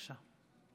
בבקשה.